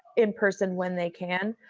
in person when they can.